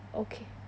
okay